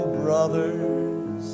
brothers